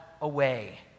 away